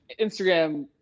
Instagram